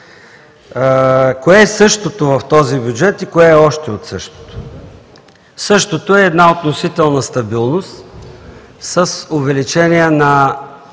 Кое е същото в този бюджет и кое е още от същото? Същото е една относителна стабилност с увеличение на